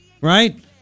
right